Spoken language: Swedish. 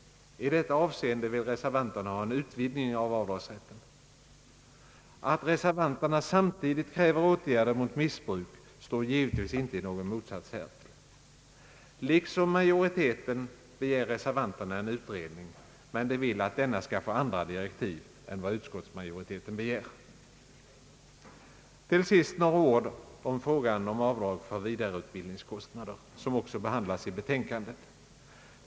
I detta avseende vill reservanterna ha en utvidgning av avdragsrätten. Att reservanterna samtidigt kräver åtgärder mot missbruk står givetvis inte i någon motsats härtill. Liksom utskottsmajoriteten begär reservanterna en utredning, men de vill att denna skall få andra direktiv än vad utskottsmajoriteten begär. Till sist några ord om frågan om avdrag för vidareutbildningskostnader, som också behandlas i betänkandet.